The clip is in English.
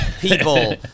people